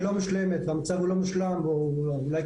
מר חאלד, אני מודה